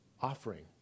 Offering